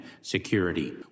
security